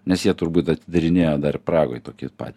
nes jie turbūt atidarinėjo dar prahoj tokį pat